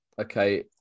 Okay